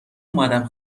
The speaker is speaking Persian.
اومدم